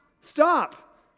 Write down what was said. Stop